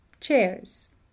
chairs